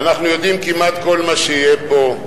ואנחנו יודעים כמעט כל מה שיהיה פה,